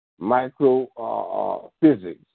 microphysics